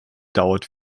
dauert